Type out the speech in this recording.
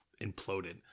imploded